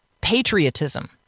patriotism